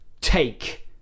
take